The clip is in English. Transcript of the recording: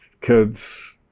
kids